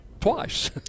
twice